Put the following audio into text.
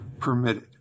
permitted